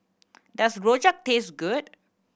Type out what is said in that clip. does rojak taste good